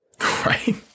right